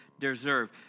deserve